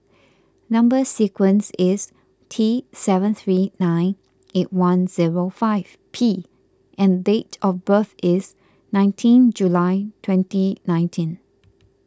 Number Sequence is T seven three nine eight one zero five P and date of birth is nineteen July twenty nineteen